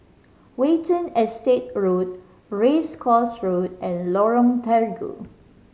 Watten Estate Road Race Course Road and Lorong Terigu